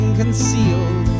concealed